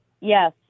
Yes